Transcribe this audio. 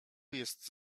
jest